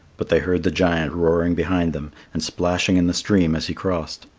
but they heard the giant roaring behind them and splashing in the stream as he crossed.